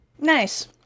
Nice